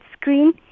screen